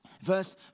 Verse